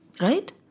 Right